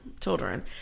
children